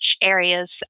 areas